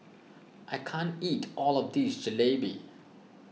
I can't eat all of this Jalebi